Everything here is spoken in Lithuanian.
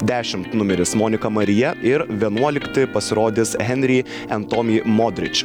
dešimt numeris monika marija ir vienuolikti pasirodys henri en tomi modrič